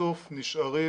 בסוף נשארות